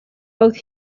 both